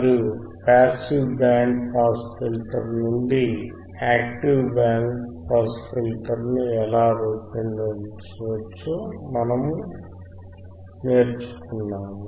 మరియు passive band pass filter నుండి active band pass filter ను ఎలా రూపొందించవచ్చో మనము నేర్చుకున్నాము